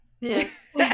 Yes